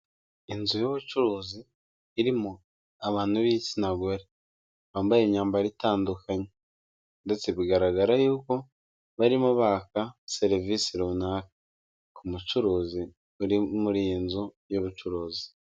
Icyumba kigaragara nkaho hari ahantu bigira ikoranabuhanga, hari abagabo babiri ndetse hari n'undi utari kugaragara neza, umwe yambaye ishati y'iroze undi yambaye ishati y'umutuku irimo utubara tw'umukara, imbere yabo hari amaterefoni menshi bigaragara ko bari kwihugura.